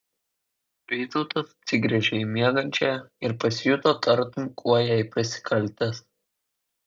vytautas atsigręžė į miegančiąją ir pasijuto tartum kuo jai prasikaltęs